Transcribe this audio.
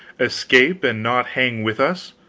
escape and not hang with us,